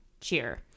Cheer